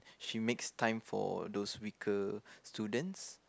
she makes time for those weaker students